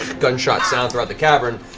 gun shot sound throughout the cavern,